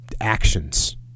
actions